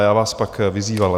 Já vás pak vyzýval.